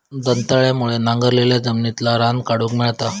दंताळ्यामुळे नांगरलाल्या जमिनितला रान काढूक मेळता